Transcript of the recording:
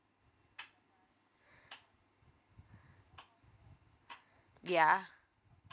ya